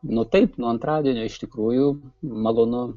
nu taip nuo antradienio iš tikrųjų malonu